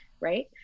right